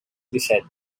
disset